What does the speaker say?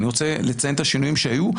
אני רוצה לציין את השינויים שהיו,